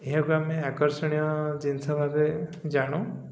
ଏହାକୁ ଆମେ ଆକର୍ଷଣୀୟ ଜିନିଷ ଭାବେ ଜାଣୁ